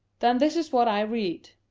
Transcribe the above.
then this is what i read,